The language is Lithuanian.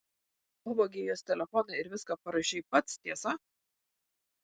pavogei jos telefoną ir viską parašei pats tiesa